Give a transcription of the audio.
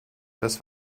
das